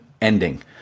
ending